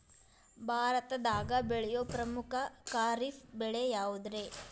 ಭಾರತದಾಗ ಬೆಳೆಯೋ ಪ್ರಮುಖ ಖಾರಿಫ್ ಬೆಳೆ ಯಾವುದ್ರೇ?